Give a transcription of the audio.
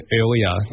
earlier